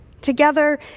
Together